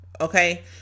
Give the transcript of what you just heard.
Okay